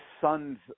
son's